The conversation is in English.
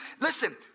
Listen